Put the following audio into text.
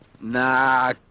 Nah